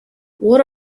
what